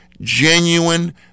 genuine